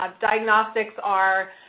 um diagnostics are